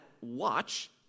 watch